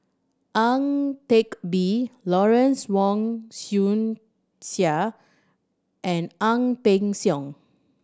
Ang Teck Bee Lawrence Wong Shyun and Ang Peng Siong